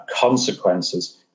consequences